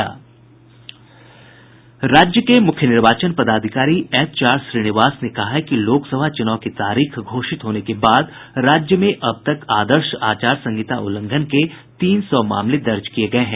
राज्य के मुख्य निर्वाचन पदाधिकारी एचआर श्रीनिवास ने कहा है कि लोक सभा चूनाव की तारीख घोषित होने के बाद राज्य में अब तक आदर्श आचार संहिता उल्लंघन के तीन सौ मामले दर्ज किये गये हैं